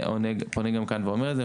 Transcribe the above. אני עונה גם כאן ואומר את זה.